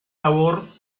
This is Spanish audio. labor